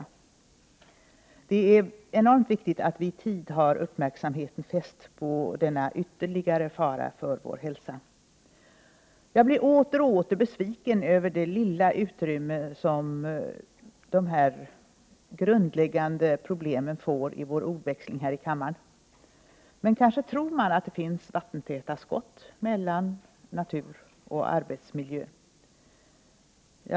Det är enormt viktigt att vi i tid har uppmärksamheten fäst på denna ytterligare fara för vår hälsa. Jag blir åter och åter besviken över det lilla utrymme dessa grundläggande problem får i vår ordväxling här i kammaren. Men man tror kanske att det finns vattentäta skott mellan natur och arbetsmiljö.